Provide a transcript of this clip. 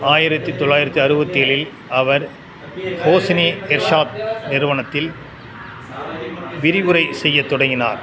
ஆயிரத்து தொள்ளாயிரத்து அறுபத்தேழில் அவர் ஹோசினி எர்ஷாத் நிறுவனத்தில் விரிவுரை செய்யத் தொடங்கினார்